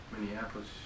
Minneapolis